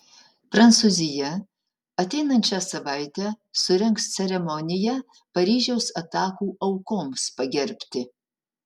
prancūzija ateinančią savaitę surengs ceremoniją paryžiaus atakų aukoms pagerbti